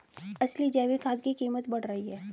असली जैविक खाद की कीमत बढ़ रही है